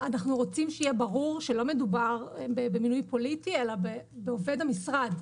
אנחנו רוצים שיהיה ברור שלא מדובר במינוי פוליטי אלא בעובד המשרד.